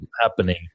happening